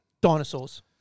Dinosaurs